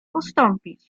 postąpić